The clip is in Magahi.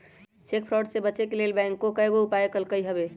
चेक फ्रॉड से बचे के लेल बैंकों कयगो उपाय कलकइ हबे